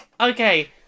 Okay